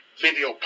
video